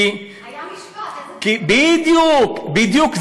כי, היה משפט, איזה, בדיוק, בדיוק.